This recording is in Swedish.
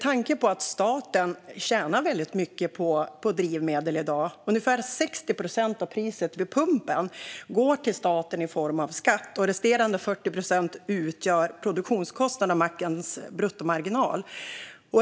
Staten tjänar väldigt mycket på drivmedel i dag. Ungefär 60 procent av priset vid pumpen går till staten i form av skatt; resterande 40 procent utgör produktionskostnaden, mackens bruttomarginal.